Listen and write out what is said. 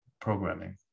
programming